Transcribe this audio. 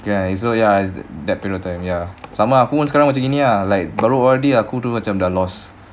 okay so ya th~ that point of time ya so ah sama lah aku pun macam gini ah like baru O_R_D aku pun dah lost